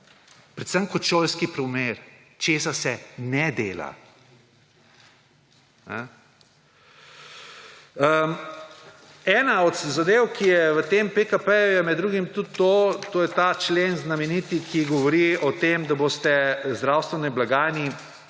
predvsem kot šolski primer, česa se ne dela. Ena od zadev, ki je v tem PKP-ju, je med drugim tudi to, to je ta člen, znameniti, ki govori o tem, da boste zdravstveni blagajni,